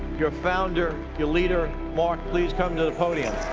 your founder, your leader. mark, please come to the podium.